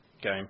game